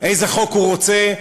איזה חוק הוא רוצה,